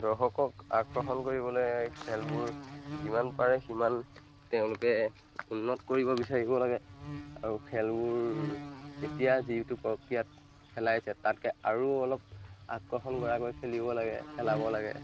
দৰ্শকক আকৰ্ষণ কৰিবলৈ খেলবোৰ যিমান পাৰে সিমান তেওঁলোকে উন্নত কৰিব বিচাৰিব লাগে আৰু খেলবোৰ এতিয়া যিটো প্ৰক্ৰিয়াত খেলাইছে তাতকৈ আৰু অলপ আকৰ্ষণ কৰাকৈ খেলিব লাগে খেলাব লাগে